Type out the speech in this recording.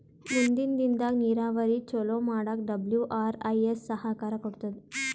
ಮುಂದಿನ್ ದಿನದಾಗ್ ನೀರಾವರಿ ಚೊಲೋ ಮಾಡಕ್ ಡಬ್ಲ್ಯೂ.ಆರ್.ಐ.ಎಸ್ ಸಹಕಾರ್ ಕೊಡ್ತದ್